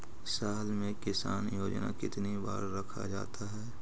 साल में किसान योजना कितनी बार रखा जाता है?